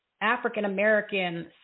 African-American